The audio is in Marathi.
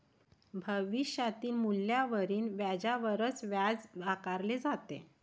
भविष्यातील मूल्यावरील व्याजावरच व्याज आकारले जाते